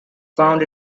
found